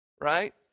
Right